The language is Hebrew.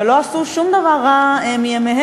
ולא עשו שום דבר רע מימיהם,